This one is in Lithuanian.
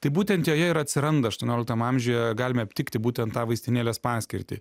tai būtent joje ir atsiranda aštuonioliktam amžiuje galime aptikti būtent tą vaistinėlės paskirtį